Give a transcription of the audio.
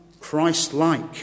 Christ-like